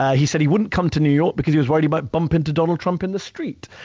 yeah he said he wouldn't come to new york because he was worried he might bump into donald trump in the street.